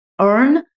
earn